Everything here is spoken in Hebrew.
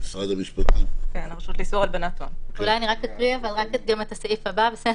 אני אקרא גם את הסעיף הבא: